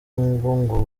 ngo